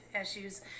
issues